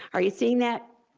are you seeing that?